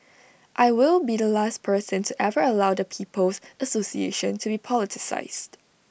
I will be the last person to ever allow the people's association to be politicised